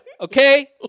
Okay